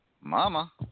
mama